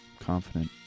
confident